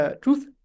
truth